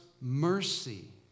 mercy